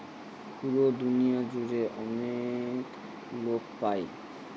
পুরো দুনিয়া জুড়ে অনেক লোক পাই